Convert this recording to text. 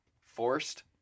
forced